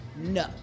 No